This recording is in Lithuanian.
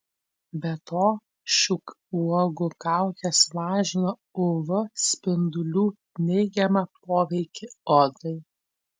be to šių uogų kaukės mažina uv spindulių neigiamą poveikį odai